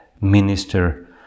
minister